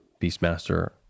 Beastmaster